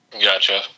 Gotcha